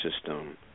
system